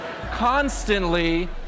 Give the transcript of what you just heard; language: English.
constantly